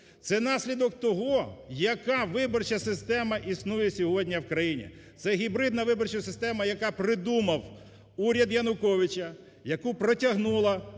Це наслідок того, яка виборча система існує сьогодні в країні. Це гібридна виборча система, яку придумав уряд Януковича, яку протягнула